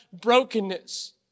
brokenness